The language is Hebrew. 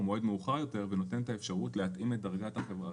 להפנות לסעיף 130 ג